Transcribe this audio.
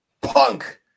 Punk